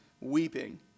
weeping